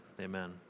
Amen